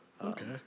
Okay